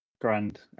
Grand